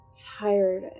tired